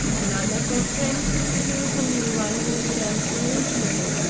and none of our friends could produce a new one whose terms were reasonable.